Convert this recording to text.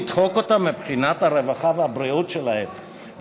לדחוק אותם מבחינת הרווחה והבריאות שלהם,